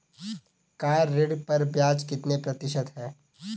Car ऋण पर ब्याज कितने प्रतिशत है?